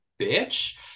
bitch